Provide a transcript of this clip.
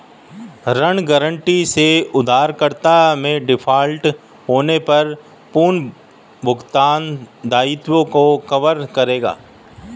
ऋण गारंटी से उधारकर्ता के डिफ़ॉल्ट होने पर पुनर्भुगतान दायित्वों को कवर करेगा